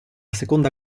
seconda